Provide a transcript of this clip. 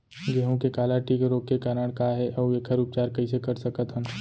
गेहूँ के काला टिक रोग के कारण का हे अऊ एखर उपचार कइसे कर सकत हन?